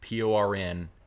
PORN